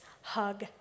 Hug